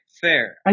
Fair